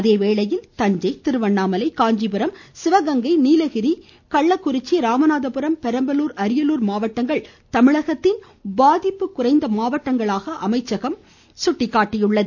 அதேவேளையில் தஞ்சை திருவண்ணாமலை காஞ்சிபுரம் சிவகங்கை நீலகிரி கள்ளக்குறிச்சி ராமநாதபுரம் பெரம்பலூர் அரியலூர் மாவட்டங்கள் தமிழகத்தில் பாதிப்பு குறைந்த மாவட்டங்களாகவும் அமைச்சகம் தெளிவுபடுத்தியுள்ளது